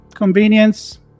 Convenience